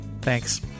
thanks